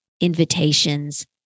invitations